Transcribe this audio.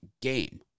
game